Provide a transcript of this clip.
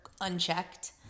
unchecked